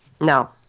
No